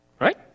right